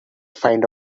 find